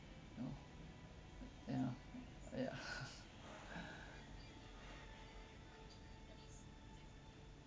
know ya ya